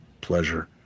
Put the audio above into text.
Pleasure